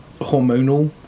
hormonal